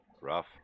rough